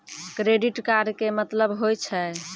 Credit card के मतलब होय छै?